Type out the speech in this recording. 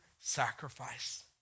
sacrifice